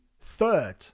third